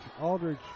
Aldridge